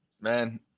man